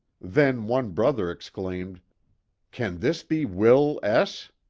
then one brother exclaimed can this be will s!